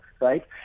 right